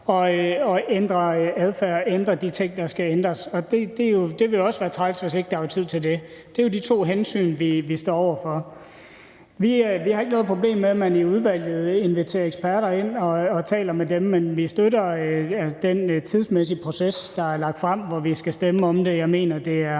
at ændre adfærd og ændre de ting, der skal ændres. Det ville også være træls, hvis der ikke var tid til det. Det er jo de to hensyn, vi har stået over for. Vi har ikke noget problem med, at man i udvalget inviterer eksperter ind og taler med dem, men vi støtter den tidsmæssige proces, der er lagt frem, i forhold til hvornår vi skal stemme om det – jeg mener, det er